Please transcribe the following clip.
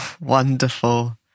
wonderful